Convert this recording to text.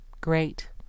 Great